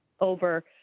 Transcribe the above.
over